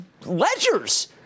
ledgers